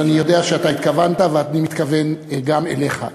אבל אני יודע שאתה התכוונת, ואני מתכוון גם אליך.